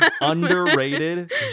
Underrated